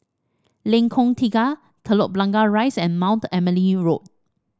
Lengkong Tiga Telok Blangah Rise and Mount Emily Road